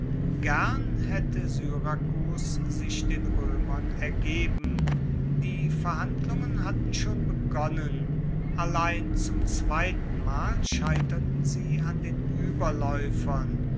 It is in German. gern haette syrakus sich den roemern ergeben die verhandlungen hatten schon begonnen allein zum zweitenmal scheiterten sie an den ueberlaeufern